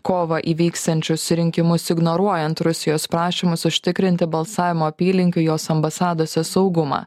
kovą įvyksiančius rinkimus ignoruojant rusijos prašymus užtikrinti balsavimo apylinkėj jos ambasadose saugumą